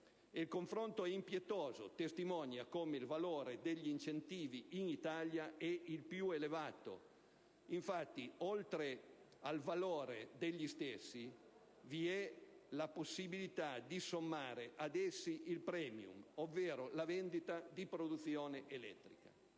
Il confronto è impietoso e testimonia come il valore degli incentivi in Italia sia il più elevato. Infatti, oltre al valore degli stessi, vi è la possibilità di sommare ad essi il *premium,* ovvero la vendita di produzione elettrica.